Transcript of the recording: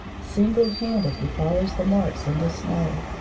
single-handed he follows the marks in the snow.